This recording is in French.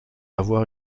avoir